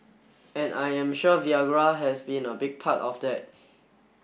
and I am sure Viagra has been a big part of that